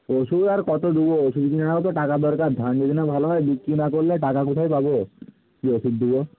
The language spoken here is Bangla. ওষুধ আর কত দেবো ওষুধ কেনারও তো টাকার দরকার ধান যদি না ভালো হয় বৃষ্টি না পড়লে টাকা কোথায় পাব কী ওষুধ দেবো